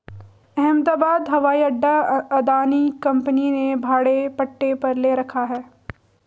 अहमदाबाद हवाई अड्डा अदानी कंपनी ने भाड़े पट्टे पर ले रखा है